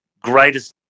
greatest